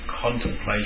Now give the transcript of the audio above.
contemplation